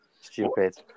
stupid